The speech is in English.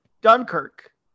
Dunkirk